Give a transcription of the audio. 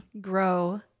grow